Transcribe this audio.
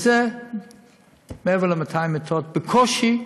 מעבר ל-200 מיטות, בקושי.